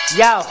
yo